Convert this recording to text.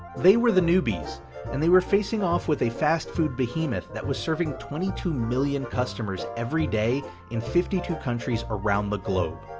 they were the newbies and they were facing off with a fast food behemoth that was serving twenty two million customers every day in fifty two countries around the globe.